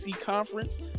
conference